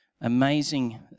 amazing